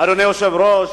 אדוני היושב-ראש,